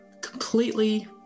Completely